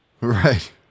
Right